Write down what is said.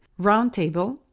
roundtable